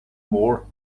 more